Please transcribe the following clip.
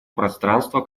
пространства